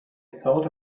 thought